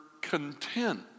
content